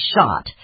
shot